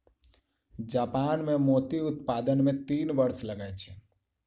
Japan मे मोती उत्पादन मे तीन वर्ष लगै छै